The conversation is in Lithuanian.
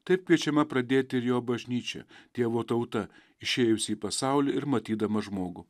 taip kviečiama pradėti ir jo bažnyčia dievo tauta išėjusi į pasaulį ir matydama žmogų